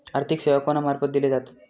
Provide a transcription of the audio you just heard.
आर्थिक सेवा कोणा मार्फत दिले जातत?